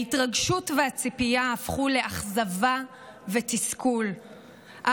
ההתרגשות והציפייה הפכו לאכזבה ותסכול,